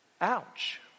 Ouch